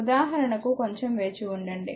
ఉదాహరణకు కొంచం వేచివుండండి